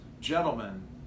Gentlemen